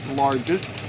largest